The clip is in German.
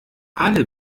alle